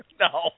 No